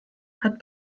hat